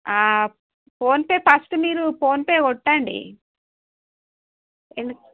PhonePe first మీరు ఫోన్పే కొట్టండి ఎందుకు